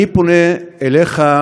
אני פונה אליך,